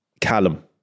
Callum